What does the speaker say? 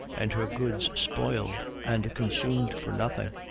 and her goods spoiled and consumed for nothing.